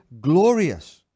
glorious